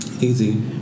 Easy